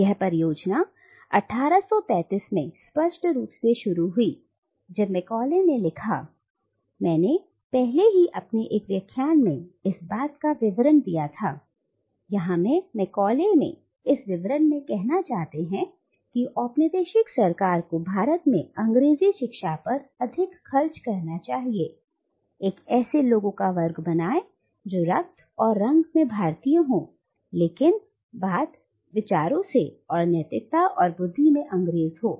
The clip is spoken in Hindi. और यह परियोजना 1835 में स्पष्ट रूप से शुरू हुई जब मैकॉले ने लिखा " मैंने पहले ही अपने एक व्याख्यान में इस बात का विवरण दिया था और यहां मैं मैकॉले इस विवरण में कहना चाहते हैं कि औपनिवेशिक सरकार को भारत में अंग्रेजी शिक्षा पर अधिक खर्च करना चाहिए " एक ऐसे लोगों का वर्ग बनाए जो रक्त और रंग में भारतीय हो लेकिन बाद विच विचारों नैतिकता और बुद्धि में अंग्रेज हो